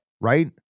Right